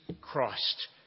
Christ